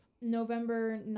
November